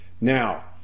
Now